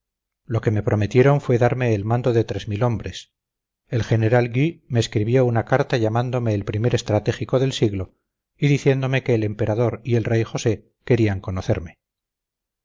lo que me prometieron fue darme el mando de tres mil hombres el general gui me escribió una carta llamándome el primer estratégico del siglo y diciéndome que el emperador y el rey josé querían conocerme